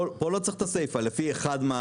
פה לא צריך את הסעיף לפי 1,